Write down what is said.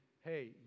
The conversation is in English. hey